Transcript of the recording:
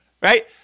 right